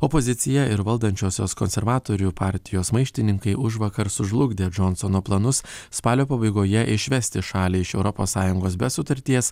opozicija ir valdančiosios konservatorių partijos maištininkai užvakar sužlugdė džonsono planus spalio pabaigoje išvesti šalį iš europos sąjungos be sutarties